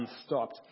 unstopped